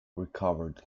recovered